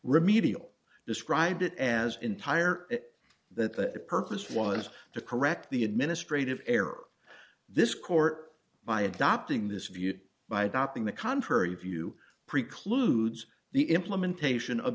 remedial described as entire it that the purpose was to correct the administrative error this court by adopting this view by dopping the contrary view precludes the implementation of